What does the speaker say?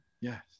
Yes